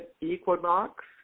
equinox